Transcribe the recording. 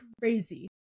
crazy